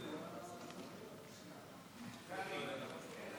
אין